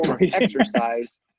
exercise